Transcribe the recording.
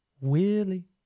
Willie